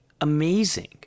amazing